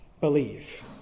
believe